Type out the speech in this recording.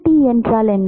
qt என்றால் என்ன